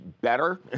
better